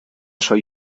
soy